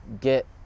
get